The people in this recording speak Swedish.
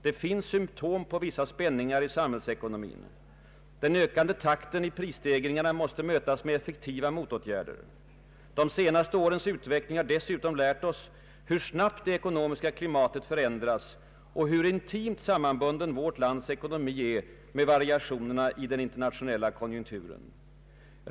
——— Det finns symptom på vissa spänningar i samhällsekonomin. Den ökande takten i prisstegringarna måste mötas med effektiva motåtgärder. ——— De senaste årens utveckling har dessutom lärt oss hur snabbt det ekonomiska klimatet förändras och hur intimt sammanbunden vårt lands ekonomi är med variationerna i den internationella konjunkturen.